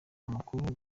amakuru